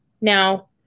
now